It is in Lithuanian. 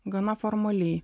gana formaliai